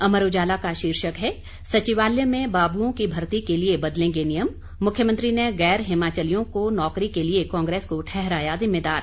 अमर उजाला का शीर्षक है सचिवालय में बाब्ओं की भर्ती के लिये बदलेंगे नियम मुख्यमंत्री ने गैर हिमाचलियों को नौकरी के लिये कांग्रेस को ठहराया जिम्मेदार